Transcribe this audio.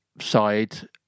side